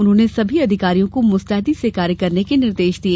उन्होंने सभी अधिकारियों को मुस्तैदी से कार्य करने के निर्देश दिए